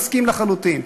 מסכים לחלוטין,